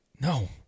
no